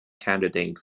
candidate